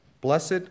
blessed